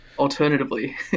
Alternatively